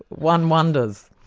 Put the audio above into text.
one wonders.